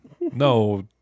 No